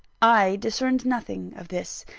i discerned nothing of this.